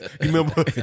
remember